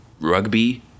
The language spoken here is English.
rugby